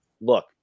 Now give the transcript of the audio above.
Look